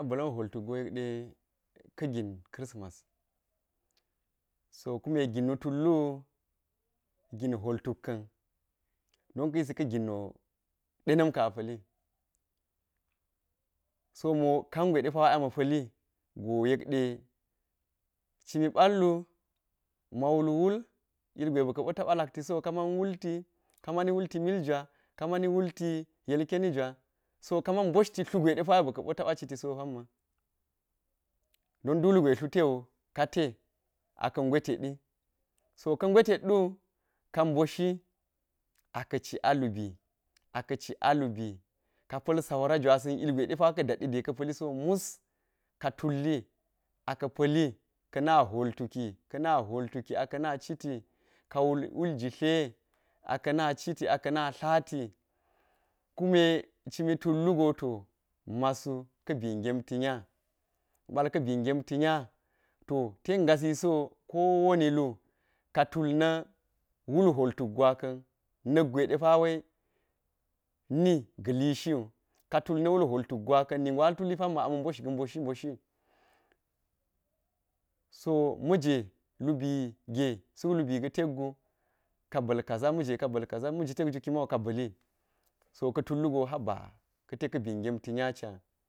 A ba̱la̱n hwoltuk go yek de ka̱ gin kir simas, so kume ginwu tulluwu gin hwol tuk ka̱n don ka̱ yisi ka̱ ginwo de na̱m so mo kangwe depa ama̱ pa̱li go yek ɗe cimi ɓal wul wul ilgwe bika̱ ɓo taba lak ti sowu ka man walti ka mani wulti mil jwa ka mani wulti yilkeni jwa, so ka man mɓesti tlo gwe ba̱ ka̱ ɓo taɓa citi so pamma don duk lugwe tlo tewu ka̱ te aka̱ ngwe teɗi, so ka̱ ngwe teɗɗu ka mboshi aci a lubi aci alubi ka pa̱l saura jwasin ilgwe dapa ka̱ daɗe ka̱ pa̱lisomus ka tulli aka̱ pa̱li ka̱na hwol tuki ka̱na hwol tuki aka̱na citi ka wulwul jitle a ka̱na citi a ka̱na tlati kuma cimi tullu go tu masu ka̱ bii ngemti nya ma̱ ɓa̱l ka̱ bii ngenti nya to ten gasisi wo kowani lu ka tul na̱ wul hwoltuk gwaka̱n na̱kgwe ɗe pawe niga̱ lishi wu katul na̱ wul hwoltuk gwa ka̱n ningo hal tul yi pamma ama̱ mbosh ga̱ mboshi mboshi. So ma̱je lubi ge suk lubi ga̱ tak gu ka ba̱l kaza, ma̱je ka ba̱l kaza ma̱ji takjau kimago kaba̱li so ku tullago haba ka̱ te ka̱bi ngem ti nya ca.